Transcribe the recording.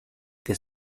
que